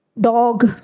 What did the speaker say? dog